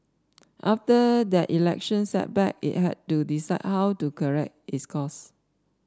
after that election setback it had to decide how to correct its course